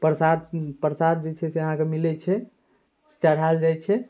परसाद परसाद जे छै से अहाँके मिलै छै चढ़ाएल जाइ छै